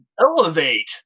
elevate